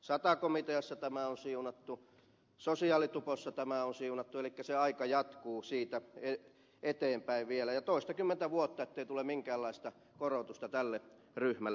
sata komiteassa tämä on siunattu sosiaalitupossa tämä on siunattu elikkä se aika jatkuu siitä eteenpäin vielä toistakymmentä vuotta ettei tule minkäänlaista tasokorotusta tälle ryhmälle